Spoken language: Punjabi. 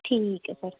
ਠੀਕ ਹੈ ਸਰ